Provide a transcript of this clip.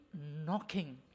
knocking